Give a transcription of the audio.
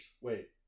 Wait